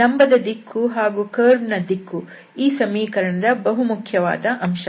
ಲಂಬದ ದಿಕ್ಕು ಹಾಗೂ ಕರ್ವ್ ನ ದಿಕ್ಕು ಈ ಸಮೀಕರಣದ ಬಹುಮುಖ್ಯವಾದ ಅಂಶ